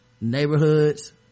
neighborhoods